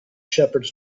shepherds